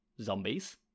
zombies